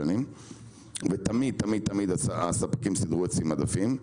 תמיד הספקים סידרו אצלי מדפים,